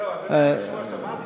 זהו, אדוני היושב-ראש, אמרתי